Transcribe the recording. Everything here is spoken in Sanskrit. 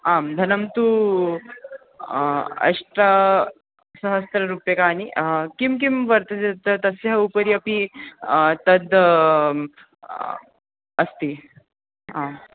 आं धनं तु अष्टसहस्ररूप्यकाणि किं किं वर्तते त तस्य उपरि अपि तद् अस्ति आम्